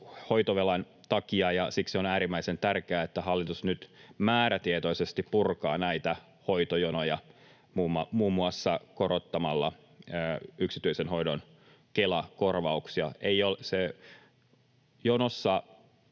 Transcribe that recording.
hoitovelan takia, ja siksi on äärimmäisen tärkeää, että hallitus nyt määrätietoisesti purkaa näitä hoitojonoja muun muassa korottamalla yksityisen hoidon Kela-korvauksia. Jonossa